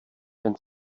ten